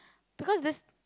because the